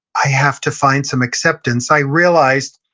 i have to find some acceptance. i realized,